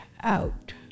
out